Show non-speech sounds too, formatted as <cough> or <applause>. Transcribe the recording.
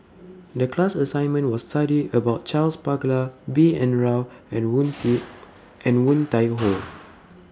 The class assignment was study about Charles Paglar B N Rao and Woon <unintelligible> <noise> and Woon Tai <noise> Ho